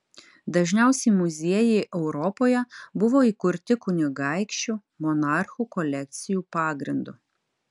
dažniausiai muziejai europoje buvo įkurti kunigaikščių monarchų kolekcijų pagrindu